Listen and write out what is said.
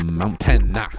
mountain